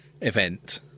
event